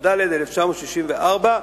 התשכ"ד 1964,